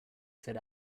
said